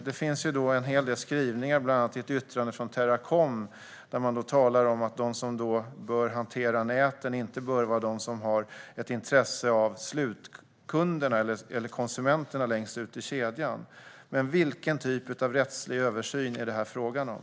Det finns en hel del skrivningar, bland annat i ett yttrande från Teracom, där man talar om att de som hanterar näten inte bör vara de som har ett intresse av konsumenterna längst ut i kedjan. Men vilken typ av rättslig översyn är detta fråga om?